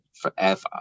forever